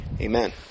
Amen